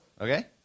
Okay